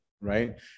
right